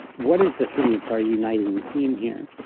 what is the thing that's our uniting theme here?